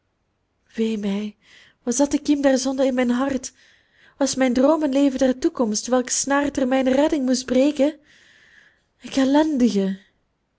wee mij was dat de kiem der zonde in mijn hart was mijn droom een leven der toekomst welks snaar ter mijner redding moest breken ik ellendige